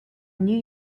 new